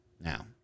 now